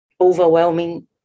overwhelming